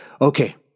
Okay